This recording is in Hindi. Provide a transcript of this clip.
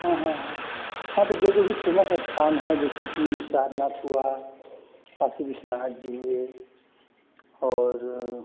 हाँ हाँ हाँ हाँ तो जो जो भी फेमस स्थान हैं जैसे कि सारनाथ हुआ कासी विश्वनाथ जी हुए और